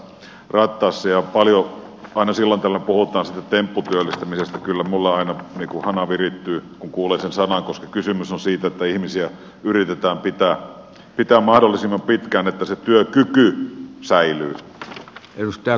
kun aina silloin tällöin puhutaan siitä tempputyöllistämisestä niin kyllä minulla aina hana virittyy kun kuulen sen sanan koska kysymys on siitä että ihmisiä yritetään pitää mahdollisimman pitkään niin että se työkyky säilyy